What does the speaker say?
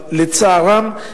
אבל לצערם,